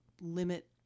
limit